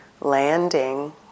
landing